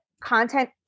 content